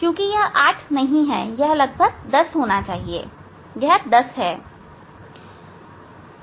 यह 8 नहीं है यह 10 के लगभग होना चाहिए यह 10 है